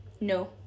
No